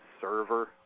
server